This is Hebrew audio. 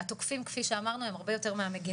התוקפים, כפי שאמרנו, הם הרבה יותר מהמגנים.